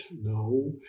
No